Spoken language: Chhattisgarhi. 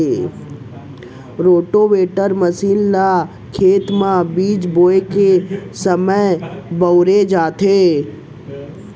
रोटावेटर मसीन ल खेत म बीज बोए के समे म बउरे जाथे